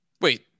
Wait